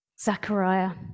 zachariah